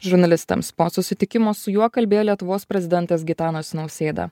žurnalistams po susitikimo su juo kalbėjo lietuvos prezidentas gitanas nausėda